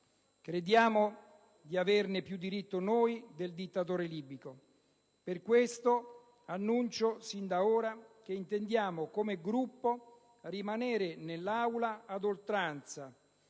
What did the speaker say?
Crediamo di averne più diritto noi del dittatore libico: per questo annuncio sin da ora che intendiamo, come Gruppo, rimanere in Aula ad oltranza,